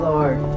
Lord